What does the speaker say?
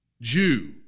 Jew